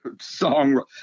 song